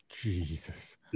Jesus